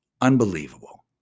Unbelievable